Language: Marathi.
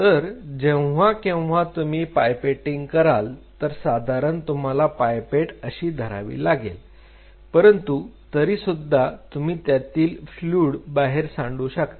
तर जेव्हा केव्हा तुम्ही पायपेटिंग कराल तर साधारणतः तुम्हाला पायपेट अशी धरावी लागेल परंतु तरीसुद्धा तुम्ही त्यातील फ्ल्यूड बाहेर सांडू शकता